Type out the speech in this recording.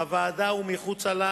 בוועדה ומחוץ לה,